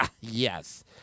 yes